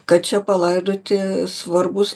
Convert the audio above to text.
kad čia palaidoti svarbūs